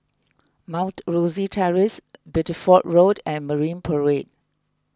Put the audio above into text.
Mount Rosie Terrace Bideford Road and Marine Parade